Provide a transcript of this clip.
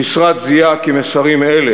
המשרד זיהה כי מסרים אלה,